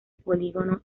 polígono